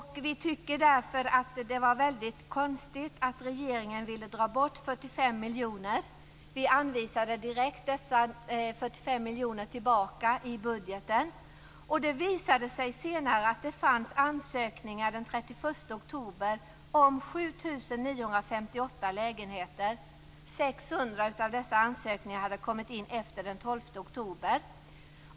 Vi tycker därför att det var konstigt att regeringen ville dra bort 45 miljoner kronor. Vi anvisade direkt dessa 45 miljoner kronor tillbaka i budgeten. Det visade sig senare att det fanns ansökningar den 31 oktober om 7 958 lägenheter. 600 oktober.